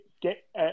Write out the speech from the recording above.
get